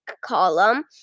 column